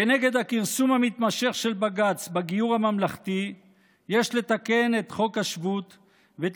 כנגד הכרסום המתמשך של בג"ץ בגיור הממלכתי יש לתקן את חוק השבות ואת